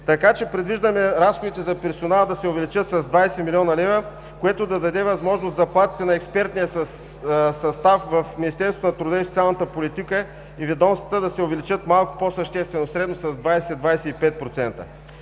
заплата. Предвиждаме разходите за персонал да се увеличат с 20 млн. лв., което да даде възможност заплатите на експертния състав в Министерството на труда и социалната политика и ведомствата да се увеличат малко по-съществено – средно с 20, 25%.